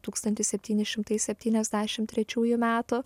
tūkstantis septyni šimtai septyniasdešimt trečiųjų metų